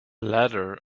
ladder